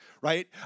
Right